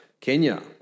Kenya